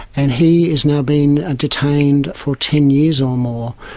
and he is now being ah detained for ten years or more.